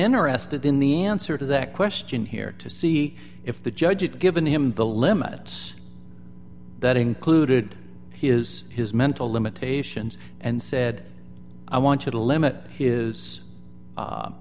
interested in the answer to that question here to see if the judge if given him the limits that included his his mental limitations and said i want you to limit